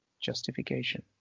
justification